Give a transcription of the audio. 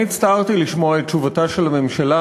אני הצטערתי לשמוע את תשובתה של הממשלה,